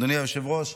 אדוני היושב-ראש,